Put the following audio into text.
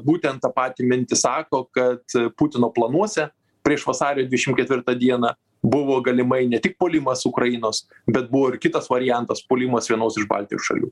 būtent tą patį mintį sako kad putino planuose prieš vasario dvišim ketvirtą dieną buvo galimai ne tik puolimas ukrainos bet buvo ir kitas variantas puolimas vienos iš baltijos šalių